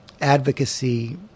advocacy